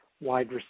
wide